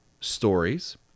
stories